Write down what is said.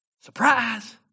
Surprise